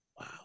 Wow